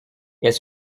elles